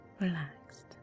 relaxed